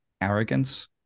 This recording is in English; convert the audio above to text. arrogance